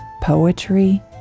poetry